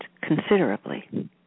considerably